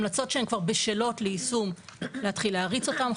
המלצות שהן כבר בשלות ליישום להתחיל להריץ אותן,